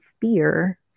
fear